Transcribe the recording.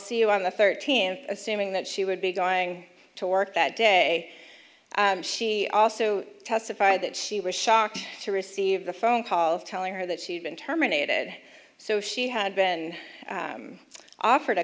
see you on the thirtieth assuming that she would be going to work that day she also testified that she was shocked to receive the phone call telling her that she had been terminated so she had been offered a